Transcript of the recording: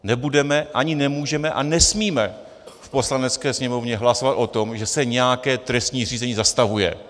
Nebudeme, ani nemůžeme a nesmíme v Poslanecké sněmovně hlasovat o tom, že se nějaké trestní řízení zastavuje.